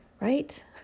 Right